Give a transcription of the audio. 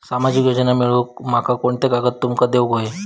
सामाजिक योजना मिलवूक माका कोनते कागद तुमका देऊक व्हये?